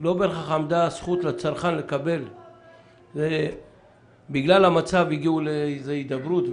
לא בהכרח עמדה הזכות לצרכן לקבל ובגלל המצב הגיעו לאיזושהי הידברות,